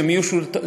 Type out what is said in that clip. שהם יהיו משולבים.